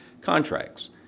contracts